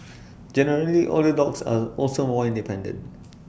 generally older dogs are also more independent